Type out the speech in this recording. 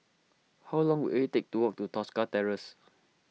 how long will it take to walk to Tosca Terrace